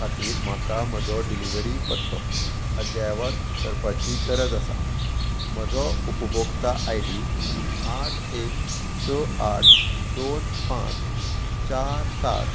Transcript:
खातीर म्हाका म्हजो डिलिव्हरी पत्तो अध्यायवत करपाची गरज आसा म्हजो उपभोक्ता आय डी आठ एक स आठ दोन पांच चार सात